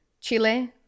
Chile